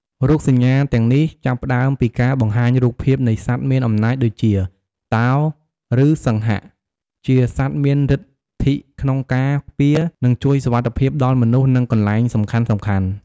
រូបសញ្ញាទាំងនេះចាប់ផ្តើមពីការបង្ហាញរូបភាពនៃសត្វមានអំណាចដូចជា តោ ឬសិង្ហជាសត្វមានឫទ្ធិក្នុងការពារ និងជួយសុវត្ថិភាពដល់មនុស្ស និងកន្លែងសំខាន់ៗ។